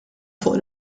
fuq